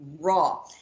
raw